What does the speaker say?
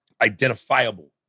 identifiable